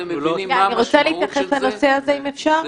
אנחנו לא --- אני רוצה להתייחס לנושא הזה אם אפשר.